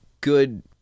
good